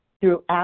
throughout